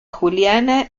juliana